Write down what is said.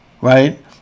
right